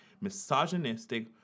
misogynistic